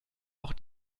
auch